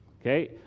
Okay